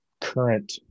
current